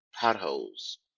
potholes